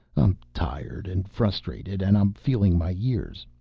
i'm tired and frustrated and i'm feeling my years.